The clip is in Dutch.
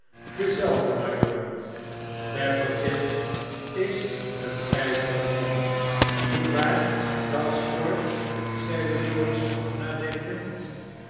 dezelfde mylord i tappertit is een ijverig man niet waar gashford zeide george nadenkend